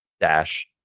dash